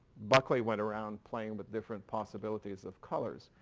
buckley went around playing with different possibilities of colors.